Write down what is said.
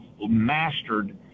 mastered